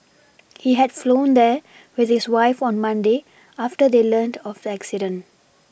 he had flown there with his wife on Monday after they learnt of the accident